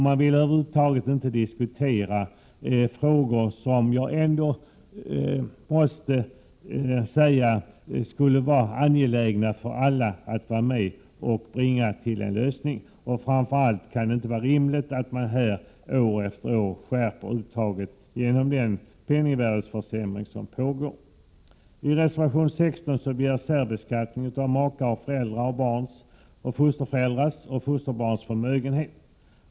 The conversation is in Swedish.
Man vill över huvud taget inte diskutera frågor vilkas lösning är angelägen för alla. Framför allt kan det inte vara rimligt att man år efter år skärper skatteuttaget genom den penningvärdeförsämring som pågår. I reservation 16 krävs särbeskattning av makars, föräldrars och barns samt fosterföräldrars och fosterbarns förmögenhet.